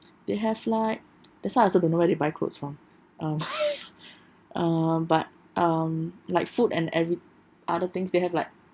they have like that's why I also don't know where they buy clothes from um um but um like food and every other things they have like